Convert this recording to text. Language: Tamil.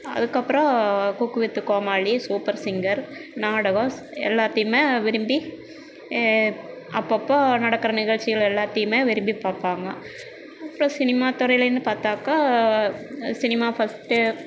அதுக்கப்புறம் cook with Comali super singer நாடகம் எல்லாத்தையுமே விரும்பி அப்பப்போது நடக்கிற நிகழ்ச்சிகள் எல்லாத்தையுமே விரும்பி பார்ப்பாங்க அப்புறம் சினிமாத்துறையில்ன்னு பார்த்தாக்கா சினிமா ஃபஸ்ட்டு